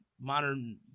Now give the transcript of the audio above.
modern –